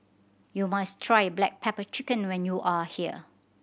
you must try black pepper chicken when you are here